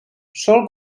sol